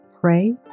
pray